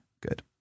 good